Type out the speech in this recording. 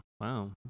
wow